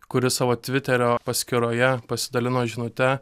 kuris savo tviterio paskyroje pasidalino žinute